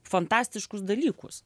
fantastiškus dalykus